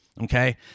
Okay